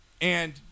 And-